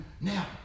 Now